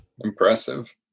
Impressive